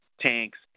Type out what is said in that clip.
tanks